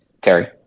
Terry